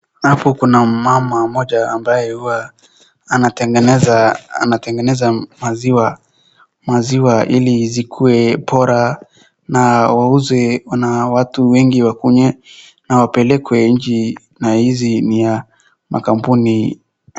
Hapo kuna mmama mmoja ambaye huwa anatengeneza maziwa ili zikuwe bora na wauze na watu wengi wakunywe na peleke kwa hizi makampuni .